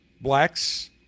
blacks